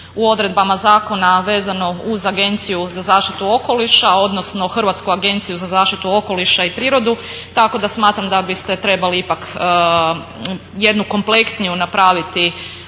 u odredbama zakona vezano uz Agenciju za zaštitu okoliša odnosno Hrvatsku agenciju za zaštitu okoliša i prirodu, tako da smatram da biste trebali ipak jednu kompleksniju napraviti